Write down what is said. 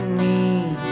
need